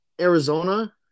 Arizona